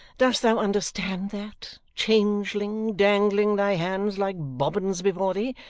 dost thou understand that, changeling, dangling thy hands like bobbins before thee?